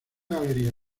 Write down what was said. galería